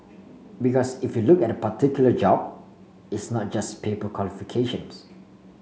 because if you look at particular job it's not just paper qualifications